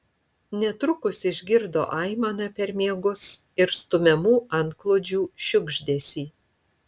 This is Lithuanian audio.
netrukus išgirdo aimaną per miegus ir stumiamų antklodžių šiugždesį